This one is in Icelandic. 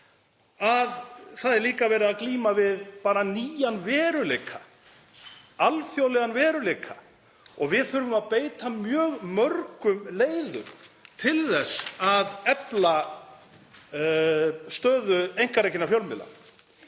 að það er líka verið að glíma við nýjan veruleika, alþjóðlegan veruleika. Við þurfum að beita mjög mörgum leiðum til þess að efla stöðu einkarekinna fjölmiðla.